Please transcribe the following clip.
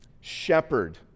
shepherd